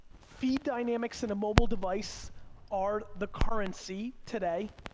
feed dynamics and a mobile device are the currency today,